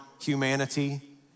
humanity